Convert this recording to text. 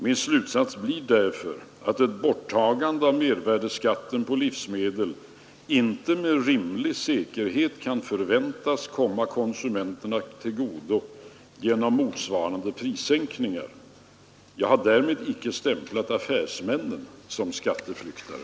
Min slutsats blir därför, att ett borttagande av mervärdeskatten på livsmedel inte med rimlig säkerhet kan förväntas komma konsumenterna till godo genom motsvarande prissänkningar. Jag har därmed inte stämplat affärsmännen som ”skatteflyktare”.